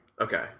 Okay